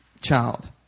child